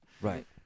right